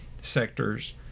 sectors